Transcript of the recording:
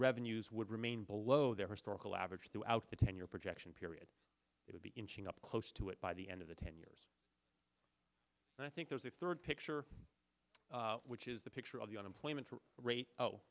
revenues would remain below their historical average throughout the ten year projection period it would be inching up close to it by the end of the ten years and i think there's a third picture which is the picture of the unemployment rate